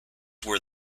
were